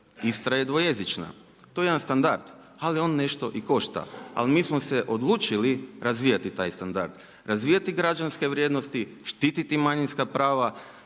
Istra je dvojezična, to je jedan standard, ali on nešto i košta, ali mi smo odlučili razvijati taj standard, razvijati građanske vrijednosti, štiti manjinska prava,